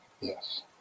Yes